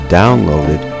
downloaded